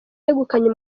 yegukanye